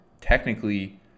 technically